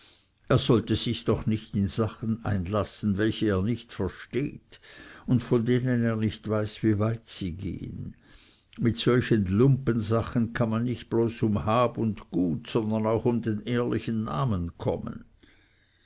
er sollte sich doch nicht in sachen einlassen welche er nicht versteht und von denen er nicht weiß wie weit sie gehen mit solchen lumpensachen kann man nicht bloß um hab und gut sondern auch um den ehrlichen namen kommen